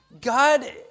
God